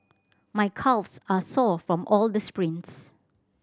my calves are sore from all the sprints